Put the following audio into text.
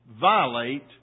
violate